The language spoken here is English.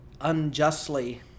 unjustly